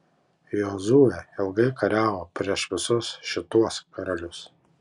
jozuė ilgai kariavo prieš visus šituos karalius